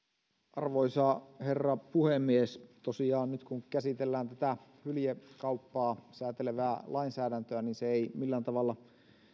arvoisa herra puhemies tosiaan nyt kun käsitellään tätä hyljekauppaa säätelevää lainsäädäntöä se ei millään tavalla